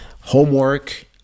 homework